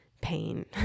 pain